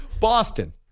Boston